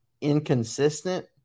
inconsistent